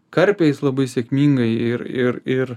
karpiais labai sėkmingai ir ir ir